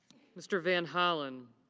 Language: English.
mr. van hollen.